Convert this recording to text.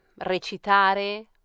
recitare